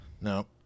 No